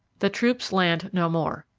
the troops land no more.